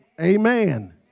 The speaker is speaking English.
Amen